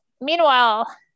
meanwhile